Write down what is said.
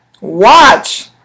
Watch